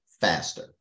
faster